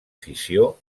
fissió